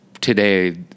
today